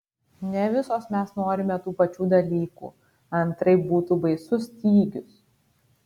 ne visos mes norime tų pačių dalykų antraip būtų baisus stygius